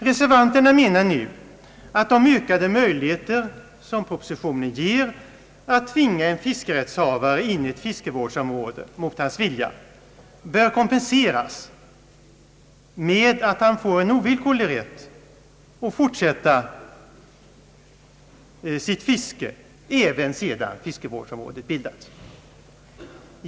Reservanterna menar nu att de ökade möjligheter som propositionen ger att tvinga en fiskerättshavare in i ett fiskevårdsområde mot hans vilja bör kompenseras med att han får en ovillkorlig rätt att fortsätta med sitt fiske även sedan fiskevårdsområdet bildats.